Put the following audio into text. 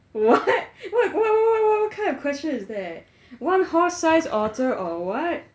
what what what what what what kind of question is that one horse sized otter or what